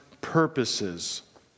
purposes